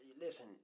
Listen